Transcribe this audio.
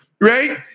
right